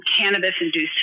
cannabis-induced